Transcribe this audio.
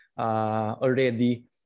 already